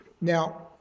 Now